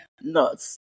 nuts